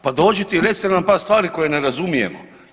Pa dođite i recite nam par stvari koje ne razumijemo.